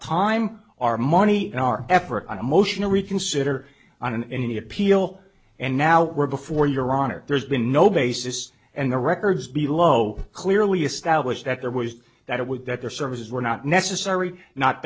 time our money our effort on emotional reconsider on any appeal and now we're before your honor there's been no basis and the records below clearly established that there was that it was that their services were not necessary not